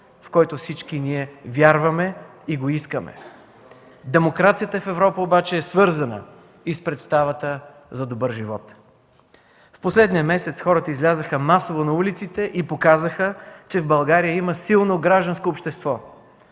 в който всички ние вярваме и го искаме. Демокрацията в Европа обаче е свързана и с представата за добър живот. В последния месец хората излязоха масово на улиците и показаха, че в България има силно гражданско общество.